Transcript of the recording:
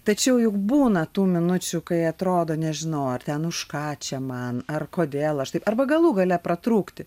tačiau juk būna tų minučių kai atrodo nežinau ar ten už ką čia man ar kodėl aš taip arba galų gale pratrūkti